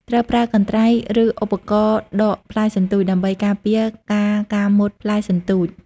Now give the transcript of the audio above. ត្រូវប្រើ កន្ត្រៃ ឬឧបករណ៍ដកផ្លែសន្ទូច ដើម្បីការពារការការមុតផ្លែសន្ទូច។